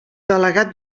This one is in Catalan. delegat